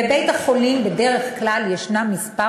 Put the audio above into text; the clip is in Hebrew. זה אותו